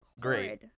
Great